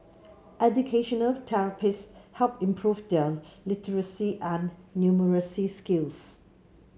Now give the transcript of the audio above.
educational therapists helped improve their literacy and numeracy skills